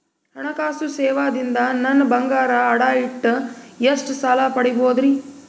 ಹಣಕಾಸು ಸೇವಾ ದಿಂದ ನನ್ ಬಂಗಾರ ಅಡಾ ಇಟ್ಟು ಎಷ್ಟ ಸಾಲ ಪಡಿಬೋದರಿ?